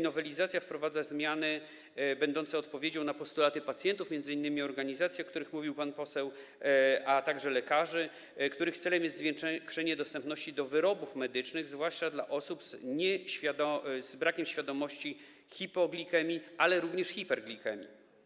nowelizacja wprowadza zmiany będące odpowiedzią na postulaty pacjentów, m.in. organizacji, o których mówił pan poseł, a także lekarzy, których celem jest zwiększenie dostępności wyrobów medycznych, zwłaszcza dla osób z brakiem świadomości hipoglikemii, ale również hiperglikemii.